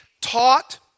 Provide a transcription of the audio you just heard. taught